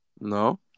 No